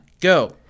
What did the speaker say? go